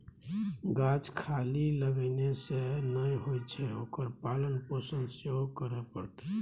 गाछ खाली लगेने सँ नै होए छै ओकर पालन पोषण सेहो करय पड़तै